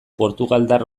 portugaldar